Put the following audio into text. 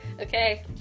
okay